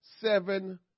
seven